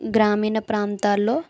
గ్రామీణ ప్రాంతాల్లో